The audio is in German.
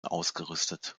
ausgerüstet